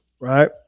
right